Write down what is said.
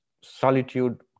solitude